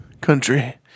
country